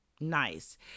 Nice